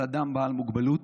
על אדם בעל מוגבלות.